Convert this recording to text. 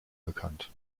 bekannt